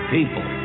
people